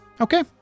Okay